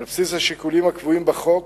על בסיס השיקולים הקבועים בחוק,